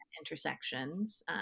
intersections